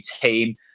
team